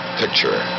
picture